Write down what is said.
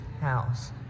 house